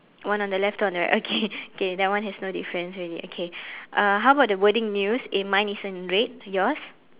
one on the left two on the right okay okay that one has no difference already okay uh how about the wording news in mine is in red yours